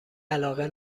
علاقه